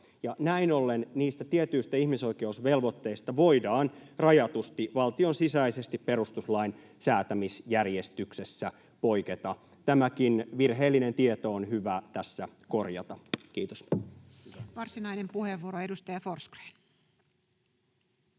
näin ollen niistä tietyistä ihmisoikeusvelvoitteista voidaan rajatusti valtion sisäisesti perustuslain säätämisjärjestyksessä poiketa. Tämäkin virheellinen tieto on hyvä tässä korjata. — Kiitos. [Speech 115] Speaker: Toinen